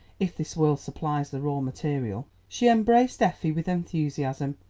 if this world supplies the raw material. she embraced effie with enthusiasm,